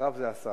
שאחריו זה השר,